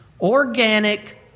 organic